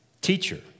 teacher